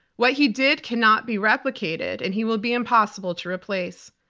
what he did cannot be replicated and he will be impossible to replace.